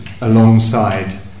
alongside